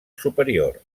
superior